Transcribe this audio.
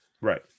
Right